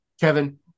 Kevin